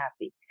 happy